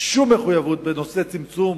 בנושא צמצום